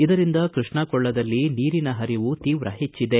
ಇದರಿಂದ ಕೃಷ್ಣಾ ಕೊಳ್ಳದಲ್ಲಿ ನೀರಿನ ಹರಿವು ತೀವ್ರ ಹೆಚ್ಚಿದೆ